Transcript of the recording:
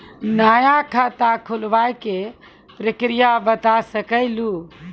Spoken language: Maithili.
नया खाता खुलवाए के प्रक्रिया बता सके लू?